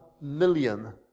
million